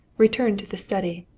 returned to the study.